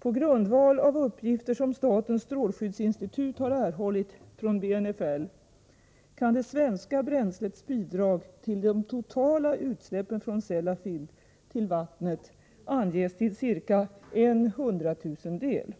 På grundval av uppgifter som statens strålskyddsinstitut har erhållit från BNFL kan det svenska bränslets bidrag till de totala utsläppen från Sellafield till vattnet anges till ca en hundratusendel.